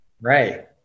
Right